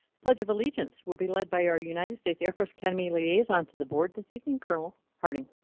pledge of allegiance will be led by our united states air force academy liaison to the board this evening, colonel harting.